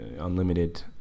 unlimited